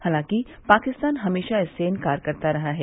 हालांकि पाकिस्तान हमेशा इससे इंकार करता रहा है